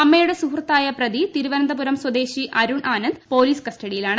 അമ്മയുടെ സുഹൃ ത്തായ പ്രതി തിരുവനന്തപുരം സ്വദേശി അരുൺ ആനന്ദ് പോലീസ് കസ്റ്റഡിയിലാണ്